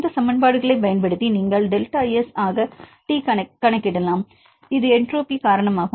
இந்த சமன்பாடுகளைப் பயன்படுத்தி நீங்கள் டெல்டா எஸ் ஆக டி கணக்கிடலாம் இது என்ட்ரோபி காரணமாகும்